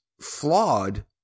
flawed